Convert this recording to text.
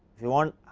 you want